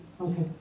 Okay